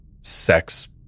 sex